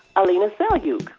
alina selyukh.